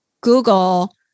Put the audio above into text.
Google